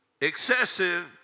excessive